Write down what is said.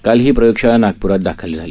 काल ही प्रयोगशाळा नागप्रात दाखल झाली